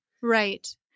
Right